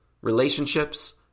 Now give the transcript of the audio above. Relationships